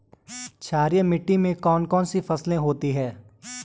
क्षारीय मिट्टी में कौन कौन सी फसलें होती हैं?